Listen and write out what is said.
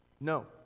no